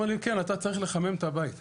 מאי הדר, פעילה באזור קריית שמונה.